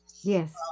yes